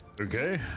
Okay